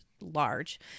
large